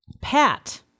Pat